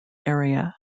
area